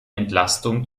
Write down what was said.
entlastung